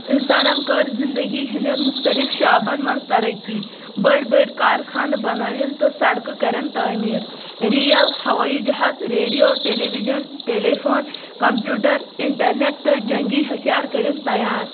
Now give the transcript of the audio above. انسانن کٔر زندگی ہٕنٛدٮ۪ن مُختلِف شعبن منٛز ترقی بٔڑۍ بٔڑۍ کارخانہٕ بنٲوِن تہٕ سڑکہٕ كَرٮ۪ن تٲمیٖر ریل ہوٲیی جہاز radio television telephone computer internet تہٕ جنٛگی ہتھیار کٔرِن تیار